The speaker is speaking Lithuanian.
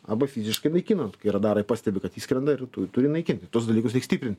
arba fiziškai naikinant kai radarai pastebi kad įskrenda ir tu turi naikinti tuos dalykus reiks tikrint